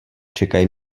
čekají